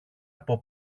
από